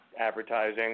advertising